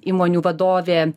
įmonių vadovė